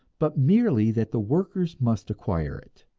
but merely that the workers must acquire it,